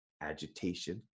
agitation